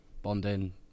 Bonding